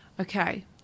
Okay